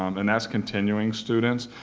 um and that's continuing students,